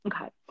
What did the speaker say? Okay